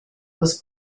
was